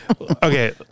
okay